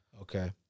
Okay